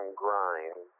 grind